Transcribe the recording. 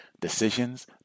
decisions